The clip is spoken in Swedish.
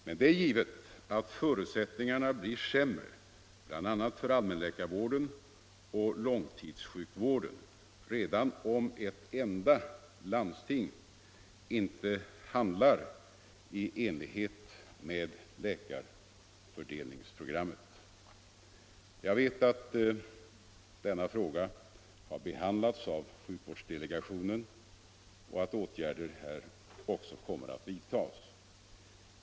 Men det är givet att förutsättningarna blir sämre bl.a. för allmänläkarvården och långtidssjukvården redan om ett enda landsting inte handlar i enlighet med läkarfördelningsprogrammet. Jag vet att denna fråga har behandlats av sjukvårdsdelegationen och att åtgärder här också kommer att vidtas.